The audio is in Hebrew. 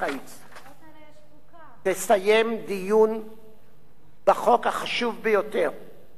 תסיים דיון בחוק החשוב ביותר, דיון